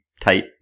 tight